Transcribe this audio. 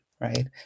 right